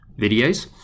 videos